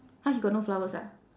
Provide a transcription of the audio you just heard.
!huh! you got no flowers ah